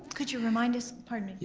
could you remind us, pardon me. yeah